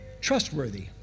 trustworthy